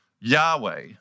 Yahweh